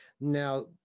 Now